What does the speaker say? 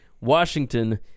Washington